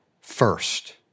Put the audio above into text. first